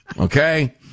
Okay